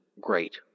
Great